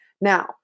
Now